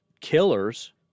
killers